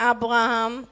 Abraham